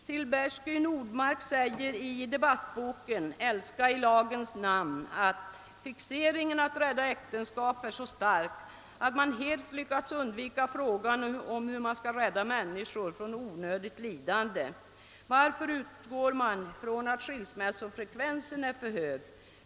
Silbersky-Nordmark säger i debattboken »älska i lagens namn»: »Fixeringen att rädda äktenskap är så stark att man helt lyckats undvika frågan om hur man skall rädda människor från onödigt lidande. Varför utgår man från att skilsmässofrekvensen är för hög?